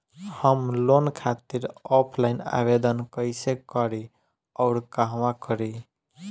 हम लोन खातिर ऑफलाइन आवेदन कइसे करि अउर कहवा करी?